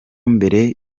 mbere